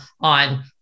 on